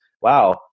wow